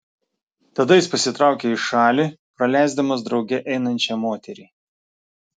tada jis pasitraukia į šalį praleisdamas drauge einančią moterį